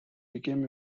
became